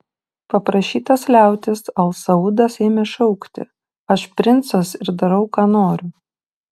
paprašytas liautis al saudas ėmė šaukti aš princas ir darau ką noriu